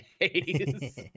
days